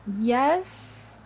Yes